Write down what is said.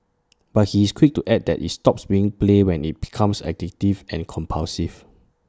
but he is quick to add that IT stops being play when IT becomes addictive and compulsive